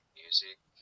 music